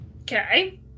Okay